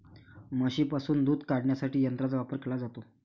म्हशींपासून दूध काढण्यासाठी यंत्रांचा वापर केला जातो